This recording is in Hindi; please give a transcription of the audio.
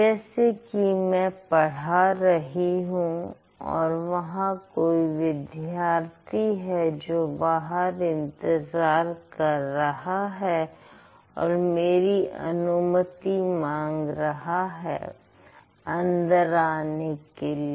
जैसे कि मैं पढ़ा रही हूं और वहां कोई विद्यार्थी है जो बाहर इंतजार कर रहा है और मेरी अनुमति मांग रहा है अंदर आने के लिए